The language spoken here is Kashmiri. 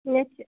کیٚنٛہہ چھِ